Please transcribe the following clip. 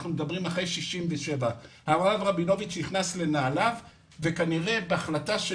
אנחנו מדברים אחרי 67. הרב רבינוביץ נכנס לנעליו וכנראה בהחלטה של